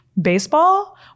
Baseball